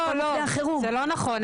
לא זה לא נכון,